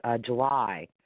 July